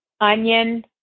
Onion